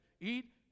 Eat